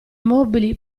mobili